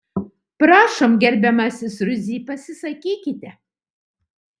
prašom gerbiamasis rudzy pasisakykite